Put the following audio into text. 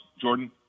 Jordan